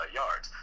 yards